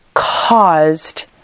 caused